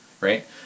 right